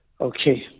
Okay